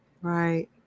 Right